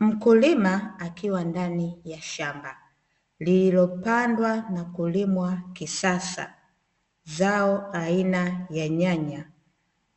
Mkulima akiwa ndani ya shamba, lililopandwa na kulimwa kisasa zao aina ya nyanya,